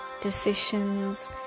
decisions